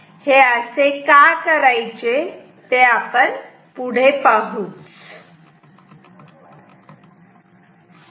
हे असे का करायचे ते आपण पुढे पाहूच